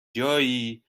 جایی